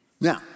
Now